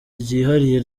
ryihariye